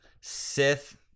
Sith